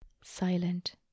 silent